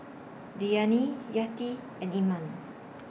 Diyana Yati and Iman